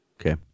Okay